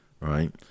right